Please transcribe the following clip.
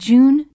June